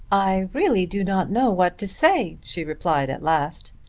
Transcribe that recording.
i really do not know what to say, she replied at last.